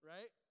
Right